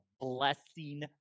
blessing